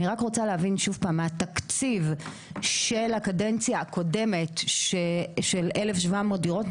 אני רק רוצה להבין שוב פעם מה התקציב של הקדנציה הקודמת של 1,700 דירות,